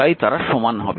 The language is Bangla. তাই তারা সমান হবে